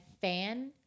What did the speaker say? fan